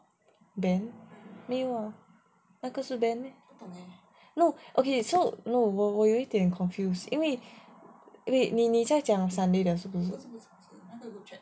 ben 没有 ah 那个是 ben meh okay so no no 我有一点 confused 因为 okay 你在讲 sunday 的是吗